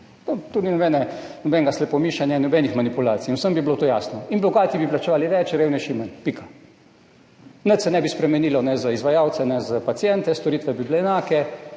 Tu ni nobenega slepomišenja, nobenih manipulacij in vsem bi bilo to jasno in bogati bi plačevali več, revnejši manj. Pika. Nič se ne bi spremenilo ne za izvajalce ne za paciente, storitve bi bile enake,